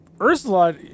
Ursula